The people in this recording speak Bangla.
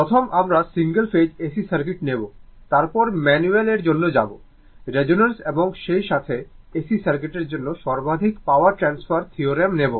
প্রথমত আমরা সিঙ্গেল ফেজ AC সার্কিট নেব তারপর ম্যানুয়াল এর জন্য যাব রেজোন্যান্স এবং সেইসাথে AC সার্কিটের জন্য সর্বাধিক পাওয়ার ট্রান্সফার থিওরেম নেব